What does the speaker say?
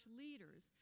leaders